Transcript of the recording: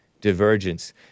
divergence